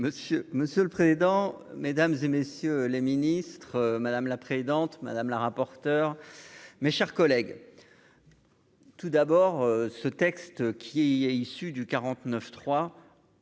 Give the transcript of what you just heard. monsieur le président, Mesdames et messieurs les ministres, madame la présidente, madame la rapporteure, mes chers collègues. Tout d'abord, ce texte qui est issu du 49 3